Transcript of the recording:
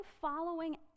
following